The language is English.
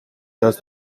does